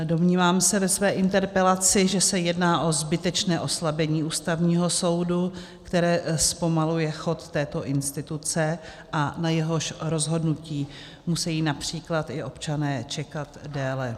Domnívám se ve své interpelaci, že se jedná o zbytečné oslabení Ústavního soudu, které zpomaluje chod této instituce, na jejíž rozhodnutí musejí například i občané čekat déle.